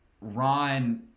Ron